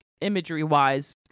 imagery-wise